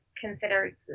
consider